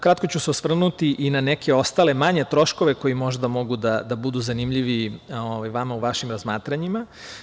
Kratko ću se osvrnuti i na neke ostale manje troškove koji možda mogu da budu zanimljivi vama u vašim razmatranjima.